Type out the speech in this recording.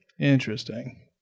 Interesting